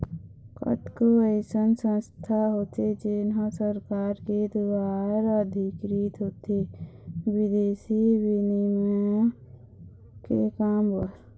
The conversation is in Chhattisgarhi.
कतको अइसन संस्था होथे जेन ह सरकार के दुवार अधिकृत होथे बिदेसी बिनिमय के काम बर